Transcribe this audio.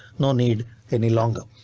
no need any longer.